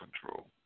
control